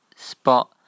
spot